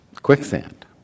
quicksand